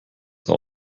wenn